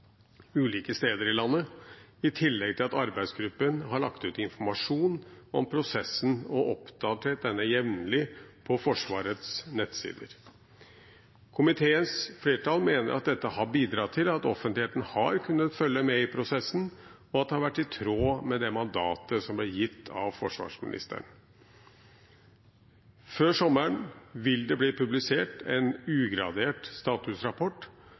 ulike steder i landet, i tillegg til at arbeidsgruppen har lagt ut informasjon om prosessen og oppdatert denne jevnlig på Forsvarets nettsider. Komiteens flertall mener at dette har bidratt til at offentligheten har kunnet følge med i prosessen, og at det har vært i tråd med det mandatet som er gitt av forsvarsministeren. Før sommeren vil det bli publisert en ugradert statusrapport